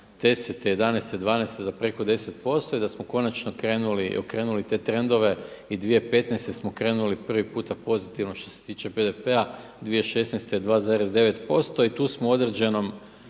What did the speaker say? '10., '11., '12. za preko 10% i da smo konačno okrenuli te trendove i 2015. smo krenuli prvi puta pozitivno što se tiče BDP-a, 2016. 2,9% i tu smo u određenom